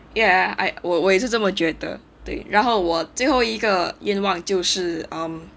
ya I 我我也是这么觉得对然后我最后一个愿望就是 um